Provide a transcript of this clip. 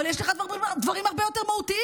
אבל יש לך דברים הרבה יותר מהותיים.